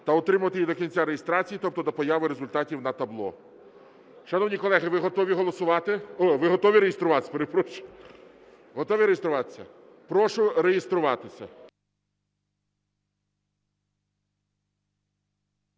та утримувати її до кінця реєстрації, тобто до появи результатів на табло . Шановні колеги, ви готові голосувати? Ви готові реєструватись? Перепрошую. Готові реєструватися? Прошу реєструватися.